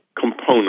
component